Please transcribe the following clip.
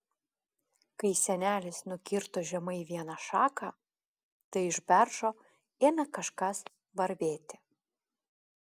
kai senelis nukirto žemai vieną šaką tai iš beržo ėmė kažkas varvėti